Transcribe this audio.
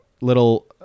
little